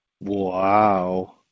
Wow